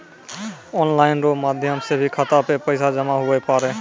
online रो माध्यम से भी खाता मे पैसा जमा हुवै पारै